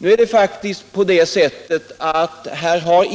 Här har faktiskt